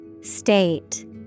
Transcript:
State